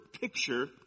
picture